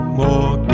more